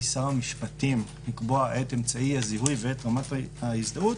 שר המשפטים לקבוע את אמצעי הזיהוי ואת רמת ההזדהות,